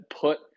put